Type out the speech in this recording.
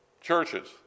churches